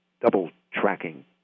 double-tracking